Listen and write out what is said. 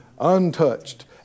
untouched